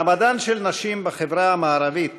במעמדן של נשים בחברה המערבית